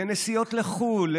לנסיעות לחו"ל,